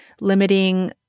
limiting